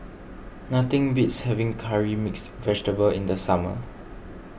nothing beats having Curry Mixed Vegetable in the summer